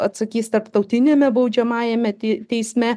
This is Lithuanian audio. atsakys tarptautiniame baudžiamajame teisme